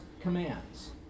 commands